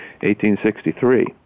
1863